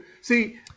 see